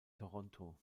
toronto